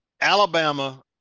Alabama